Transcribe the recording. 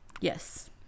Yes